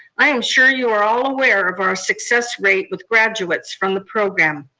i am sure you are all aware of our success rate with graduates from the program.